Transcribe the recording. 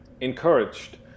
Encouraged